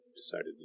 decided